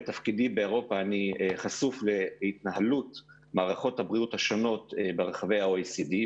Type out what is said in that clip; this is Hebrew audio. בתפקידי באירופה אני חשוף להתנהלות מערכות הבריאות השונות ברחבי ה-OECD,